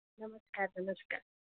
નમસ્કાર નમસ્કાર